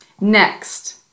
Next